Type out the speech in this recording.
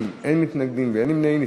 בעד, 30, אין מתנגדים ואין נמנעים.